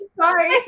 Sorry